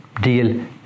deal